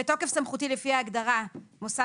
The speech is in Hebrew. אני אקריא: בתוקף סמכותי לפי ההגדרה "מוסד